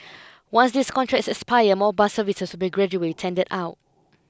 once these contracts expire more bus services will be gradually tendered out